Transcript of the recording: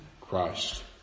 Christ